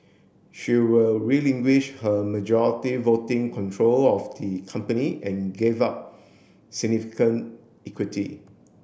she will relinquish her majority voting control of the company and gave up significant equity